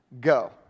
go